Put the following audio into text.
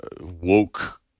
woke